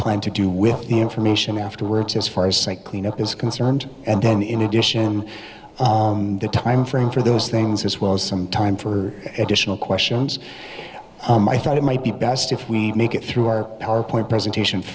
plan to do with the information afterwards as far as site cleanup is concerned and then in addition the time frame for those things as well as some time for additional questions i thought it might be best if we make it through our powerpoint presentation